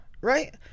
right